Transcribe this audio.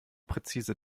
präzise